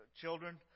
children